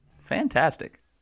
Fantastic